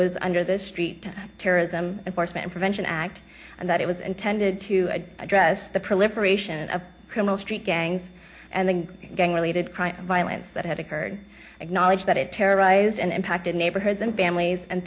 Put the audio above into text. was under this street terrorism foresman prevention act and that it was intended to address the proliferation of criminal street gangs and gang related crime and violence that had occurred acknowledge that it terrorized and impacted neighborhoods and families and